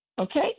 okay